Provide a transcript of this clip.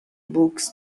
books